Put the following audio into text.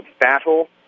battle